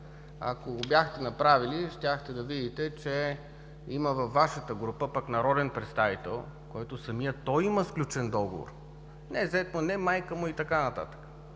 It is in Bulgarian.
Ако го бяхте направили, щяхте да видите, че има във Вашата група пък народен представител, който самият той има сключен договор. Не зет му, не майка му и така нататък.